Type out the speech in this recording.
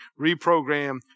Reprogram